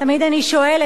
תמיד אני שואלת,